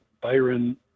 Byron